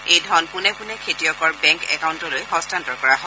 এই ধন পোনে পোনে খেতিয়কৰ বেংক একাউণ্টলৈ হস্তান্তৰ কৰা হয়